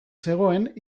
zegoen